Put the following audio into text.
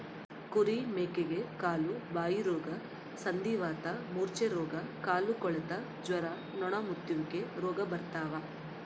ಕುರಿ ಮೇಕೆಗೆ ಕಾಲುಬಾಯಿರೋಗ ಸಂಧಿವಾತ ಮೂರ್ಛೆರೋಗ ಕಾಲುಕೊಳೆತ ಜ್ವರ ನೊಣಮುತ್ತುವಿಕೆ ರೋಗ ಬರ್ತಾವ